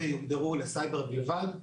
ויועדו לסייבר בלבד,